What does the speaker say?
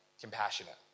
compassionate